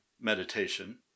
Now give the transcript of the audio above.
meditation